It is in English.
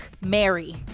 Mary